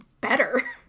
better